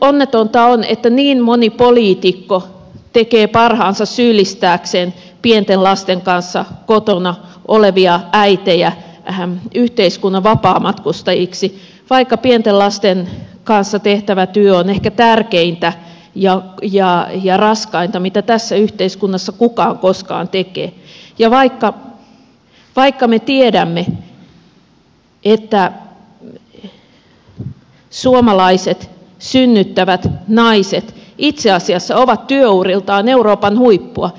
onnetonta on että niin moni poliitikko tekee parhaansa syyllistääkseen pienten lasten kanssa kotona olevia äitejä yhteiskunnan vapaamatkustajiksi vaikka pienten lasten kanssa tehtävä työ on ehkä tärkeintä ja raskainta mitä tässä yhteiskunnassa kukaan koskaan tekee ja vaikka me tiedämme että suomalaiset synnyttävät naiset itse asiassa ovat työuriltaan euroopan huippua